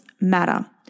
matter